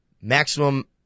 maximum